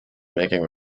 making